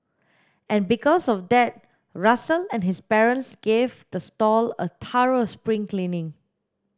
and because of that Russell and his parents gave the stall a thorough spring cleaning